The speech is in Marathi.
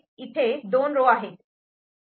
इथे हे दोन रो आहेत